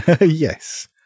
Yes